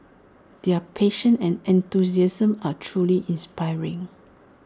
their passion and enthusiasm are truly inspiring